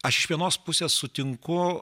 aš iš vienos pusės sutinku